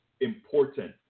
important